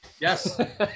Yes